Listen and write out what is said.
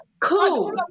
cool